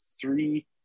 three